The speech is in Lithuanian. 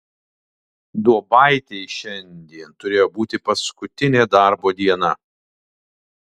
duobaitei šiandien turėjo būti paskutinė darbo diena